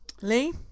Lee